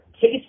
case